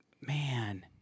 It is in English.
man